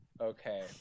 okay